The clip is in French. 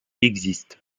existe